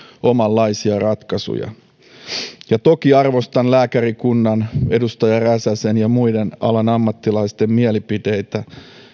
omanlaisia ratkaisuja toki arvostan lääkärikunnan edustaja räsäsen ja muiden alan ammattilaisten mielipiteitä